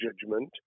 judgment